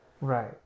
Right